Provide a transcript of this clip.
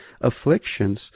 afflictions